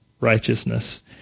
righteousness